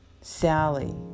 Sally